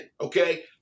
okay